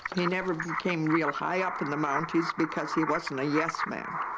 he never became real high up in the mounties because he wasn't a yes man.